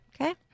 Okay